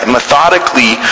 Methodically